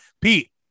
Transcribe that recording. Pete